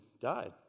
died